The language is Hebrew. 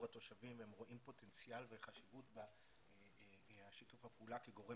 התושבים והם רואים פוטנציאל וחשיבות בשיתוף הפעולה כגורם